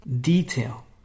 detail